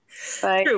True